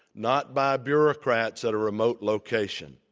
not by bureaucrats at a remote location.